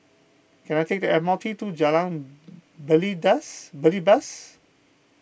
can I take the M R T to Jalan Belibas